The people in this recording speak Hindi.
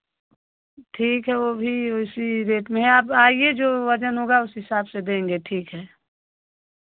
ठीक है वो भी उसी रेट में है आप आइए जो वजन होगा उस हिसाब से देंगे ठीक है